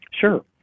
Sure